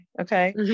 okay